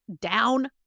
down